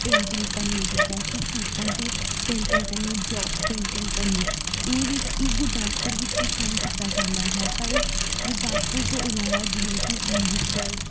painting ਕਰਨੀ ਜਿੱਦਾਂ ਕਿ ਸੂਟਾਂ 'ਤੇ ਪੇਂਟਿੰਗ ਕਰਨੀ ਬਲੋਕ ਪੇਂਟਿੰਗ ਕਰਨੀ ਇਹ ਵੀ ਇਹ ਗੁਰਦਾਸਪੁਰ ਵਿੱਚ ਵੀ ਕੰਮ ਕੀਤਾ ਜਾਂਦਾ ਹੈ ਪਰ ਗੁਰਦਾਸਪੁਰ ਤੋਂ ਇਲਾਵਾ ਜਿਵੇਂ ਕਿ ਅੰਮ੍ਰਿਤਸਰ